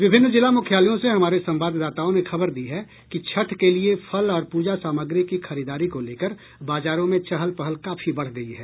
विभिन्न जिला मुख्यालयों से हमारे संवाददाताओं ने खबर दी है कि छठ के लिए फल और पूजा सामग्री की खरीदारी को लेकर बाजारों में चहल पहल काफी बढ़ गयी है